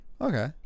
Okay